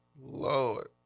Lord